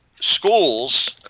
schools